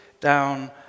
down